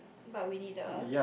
but we need the earth